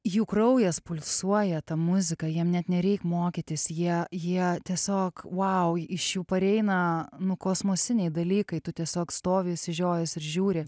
jų kraujas pulsuoja ta muzika jiem net nereik mokytis jie jie tiesiog vau iš jų pareina nu kosmosiniai dalykai tu tiesiog stovi išsižiojęs ir žiūri